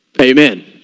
Amen